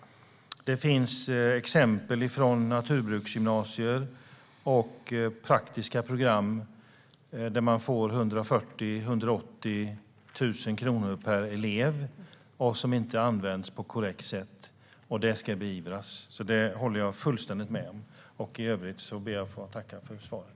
Det finns exempel på naturbruksgymnasier och praktiska program som får 140 000-180 000 kronor per elev och som inte används på ett korrekt sätt. Det ska beivras; det håller jag fullständigt med om. I övrigt ber jag att få tacka för svaret.